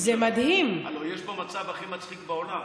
הרי יש פה מצב הכי מצחיק בעולם.